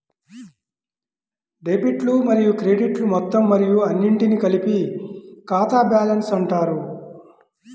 డెబిట్లు మరియు క్రెడిట్లు మొత్తం మరియు అన్నింటినీ కలిపి ఖాతా బ్యాలెన్స్ అంటారు